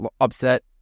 upset